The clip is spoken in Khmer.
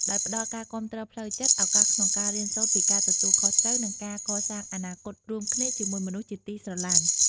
ដោយផ្តល់ការគាំទ្រផ្លូវចិត្ត ឱកាសក្នុងការរៀនសូត្រពីការទទួលខុសត្រូវ និងការកសាងអនាគតរួមគ្នាជាមួយមនុស្សជាទីស្រឡាញ់។